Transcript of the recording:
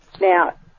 Now